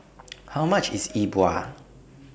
How much IS Yi Bua